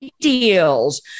deals